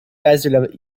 desert